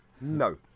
no